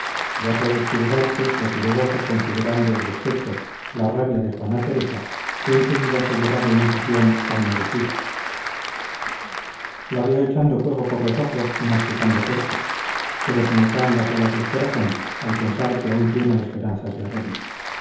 ya puedes figurarte lo que yo gozo considerando el despecho la rabia de juana teresa que en su vida se ha llevado un sofión tan merecido la veo echando fuego por los ojos y masticando fuerte pero se me caen las alas del corazón al pensar que aún tiene esperanzas de arreglo